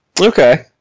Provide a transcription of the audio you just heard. Okay